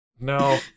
no